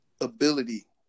ability